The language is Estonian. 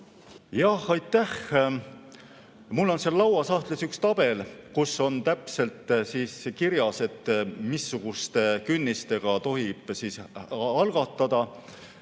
Jah, aitäh! Mul on seal lauasahtlis üks tabel, kus on täpselt kirjas, missuguste künnistega tohib algatada